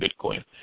Bitcoin